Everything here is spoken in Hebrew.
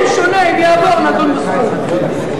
אם יעבור, נדון בסכום.